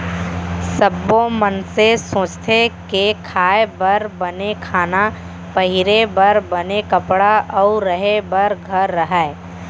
सब्बो मनसे सोचथें के खाए बर बने खाना, पहिरे बर बने कपड़ा अउ रहें बर घर रहय